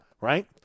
right